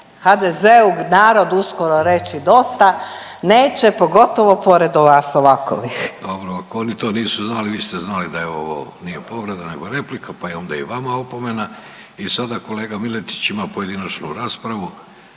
HDZ-u narod uskoro reći dosta. Neće pogotovo pored vas ovakovih. **Vidović, Davorko (Socijaldemokrati)** Dobro, ako oni to nisu znali, vi ste znali da je ovo nije povreda nego replika pa onda i vama opomena. I sada kolega Miletić ima pojedinačnu raspravu